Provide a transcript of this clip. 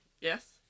Yes